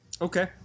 Okay